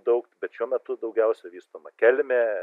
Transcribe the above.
daug bet šiuo metu daugiausia vystoma kelmė